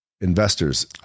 investors